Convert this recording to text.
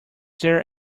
there